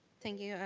thank you,